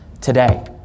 Today